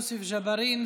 יוסף ג'בארין,